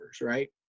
right